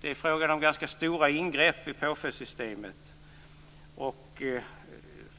Det är fråga om ganska stora ingrepp i